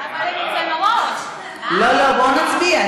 אבל, לא, לא, בואו נצביע.